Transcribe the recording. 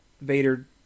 Vader